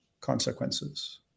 consequences